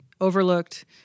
overlooked –